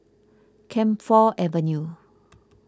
Camphor Avenue